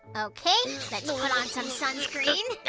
ok! let's put on some some screen.